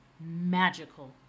magical